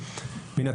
הנה,